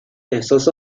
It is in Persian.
احساس